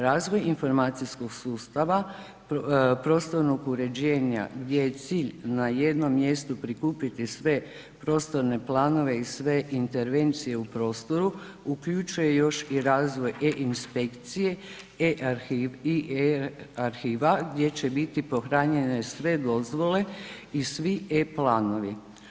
Razvoj informacijskog sustava prostornog uređenja gdje je cilj na jednom mjestu prikupiti sve prostorne planove i sve intervencije u prostoru, uključuje još i razvoj e-Inspekcije, e-Arhiva, gdje će biti pohranjene sve dozvole i svi e-Planovi.